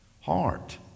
heart